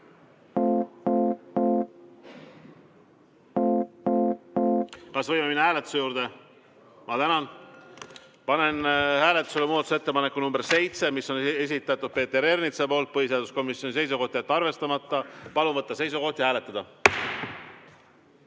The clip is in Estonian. Kas võime minna hääletuse juurde? Ma tänan! Panen hääletusele muudatusettepaneku nr 7, mille on esitanud Peeter Ernits. Põhiseaduskomisjoni seisukoht on jätta see arvestamata. Palun võtta seisukoht ja hääletada!